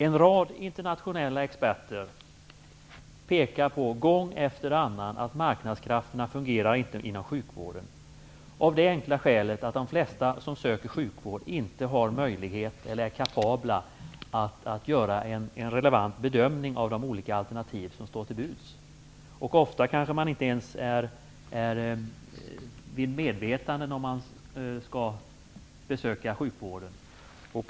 En rad internationella experter pekar gång efter annan på att marknadskrafterna inte fungerar inom sjukvården, av det enkla skälet att de flesta som söker sjukvård inte är kapabla att göra en relevant bedömning av de olika alternativ som står till buds. Ofta är man kanske inte ens vid medvetande när man kommer till sjukvården.